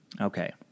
Okay